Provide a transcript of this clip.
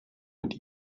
mit